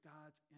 God's